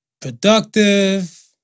Productive